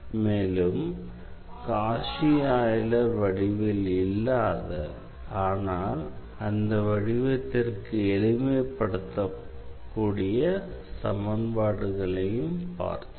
மேலும் Cauchy Euler வடிவில் இல்லாத ஆனால் அந்த வடிவத்திற்கு எளிமைப் படுத்தக்கூடிய சமன்பாடுகளையும் பார்த்தோம்